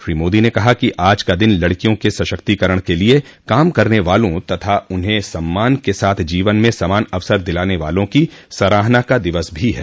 श्री मोदी ने कहा कि आज का दिन लडकियों के सशक्तिकरण के लिए काम करने वालों तथा उन्हें सम्मान के साथ जीवन में समान अवसर दिलाने वालों की सराहना का दिवस भी है